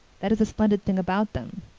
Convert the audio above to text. that is the splendid thing about them.